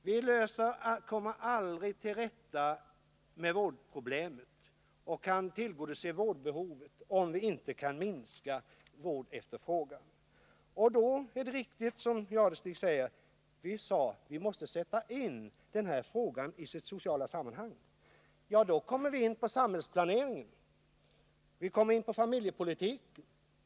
Vi kommer aldrig till rätta med vårdproblemen och kan inte tillgodose vårdbehovet om vi inte Nr 54 kan minska efterfrågan på vård. Det är då riktigt, som Thure Jadestig säger, Måndagen den att vi måste sätta in denna fråga i dess sociala sammanhang. Ja, och då 17 december 1979 kommer vi in på samhälisplaneringen, vi kommer in på familjepolitiken.